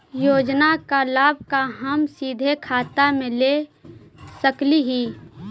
योजना का लाभ का हम सीधे खाता में ले सकली ही?